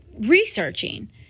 researching